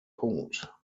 punkt